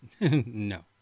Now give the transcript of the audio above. No